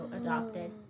adopted